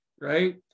right